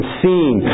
seen